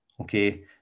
okay